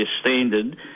standard